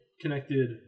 connected